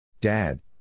Dad